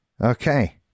Okay